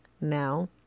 Now